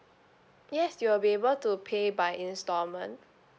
yes you will be able to pay by installment